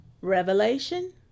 revelation